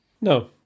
no